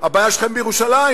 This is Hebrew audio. הבעיה שלכם בירושלים.